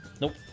Nope